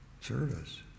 service